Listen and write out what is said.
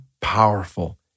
powerful